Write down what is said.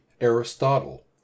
Aristotle